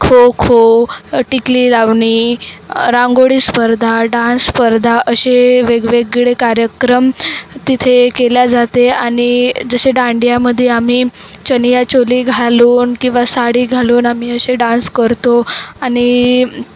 खो खो टिकली लावणी रांगोळी स्पर्धा डान्स स्पर्धा असे वेगवेगडे कार्यक्रम तिथे केले जाते आणि जसे दांडियामधे आम्ही चनियाचोली घालून किंवा साडी घालून आम्ही असे डान्स करतो आणि